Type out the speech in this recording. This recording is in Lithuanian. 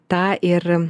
tą ir